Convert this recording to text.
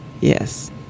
Yes